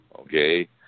okay